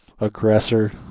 aggressor